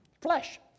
flesh